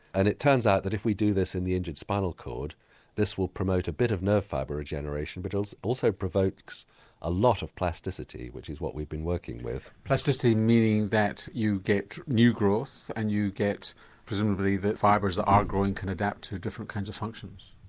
and it turns out that if we do this in the injured spinal cord this will promote a bit of nerve fibre regeneration but also also provokes a lot of plasticity which is what we've been working with. plasticity meaning that you get new growth and you get presumably the fibres that are growing can adapt to different kinds of functions?